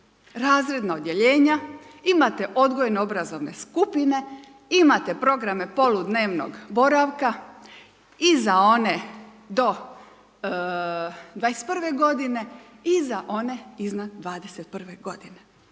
razredna odjeljenja imate odgojno-obrazovne skupine imate programe poludnevnog boravka i za one do 21 godine i za one iznad 21 godine